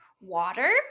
water